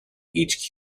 each